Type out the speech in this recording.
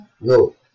No